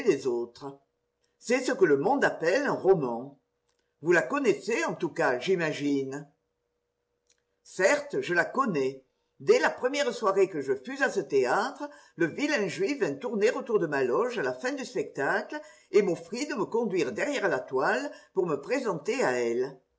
les autres c'est ce que le monde appelle un roman yous la connaissez en tous cas j'imagine certes je la connais dès la première soirée que je fus à ce théâtre le vilain juif vint tourner autour de ma loge à la fin du spectacle et m'offrit de me conduire derrière la toile pour me présenter à elle